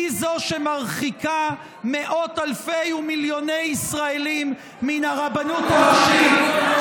זו שמרחיקה מאות אלפי ומיליוני ישראלים מן הרבנות הראשית.